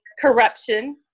corruption